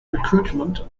recruitment